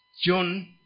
John